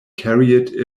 carried